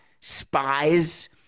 spies